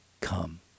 come